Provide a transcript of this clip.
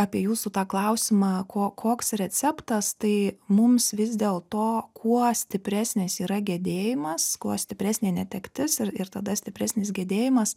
apie jūsų tą klausimą ko koks receptas tai mums vis dėl to kuo stipresnis yra gedėjimas kuo stipresnė netektis ir ir tada stipresnis gedėjimas